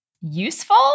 useful